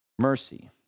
mercy